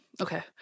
Okay